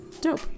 dope